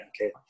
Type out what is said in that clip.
Okay